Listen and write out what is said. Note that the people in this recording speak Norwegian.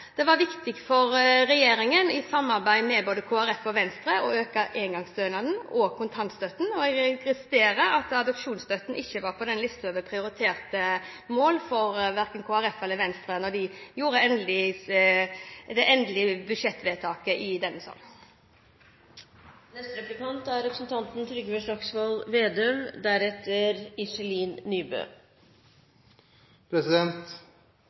Det var viktig for regjeringen, i samarbeid med både Kristelig Folkeparti og Venstre, å øke engangsstønaden og kontantstøtten, og jeg registrerer at adopsjonsstøtten ikke var på lista over prioriterte mål for verken Kristelig Folkeparti eller Venstre når det gjelder det endelige budsjettet. Da vi fikk tilleggsproposisjonen, lette vi med kraftfulle blikk etter hvor det var regjeringen hadde kuttet, og da så vi at man hadde kuttet i